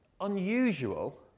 unusual